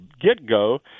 get-go